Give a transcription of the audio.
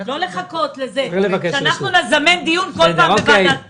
לא לחכות לזה שאנחנו נזמן דיון כל פעם בוועדת כספים.